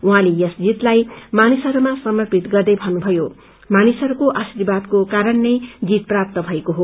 उहौँले यस जीतलाई मानिसहरूमा समर्पित गर्दै भन्नुथयो मानिसहरूको आर्शिवादको कारण नै जीत प्राप्त भएको हो